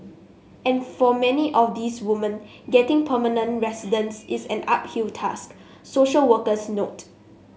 and for many of these woman getting permanent residence is an uphill task social workers note